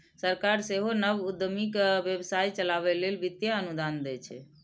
सरकार सेहो नव उद्यमी कें व्यवसाय चलाबै लेल वित्तीय अनुदान दै छै